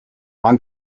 wann